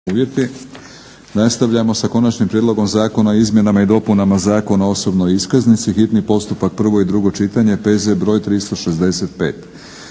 (HNS)** Nastavljamo sa - Konačni prijedlog zakona o izmjenama i dopunama Zakona o osobnoj iskaznici, hitni postupak, prvo i drugo čitanje, P.Z. br. 365.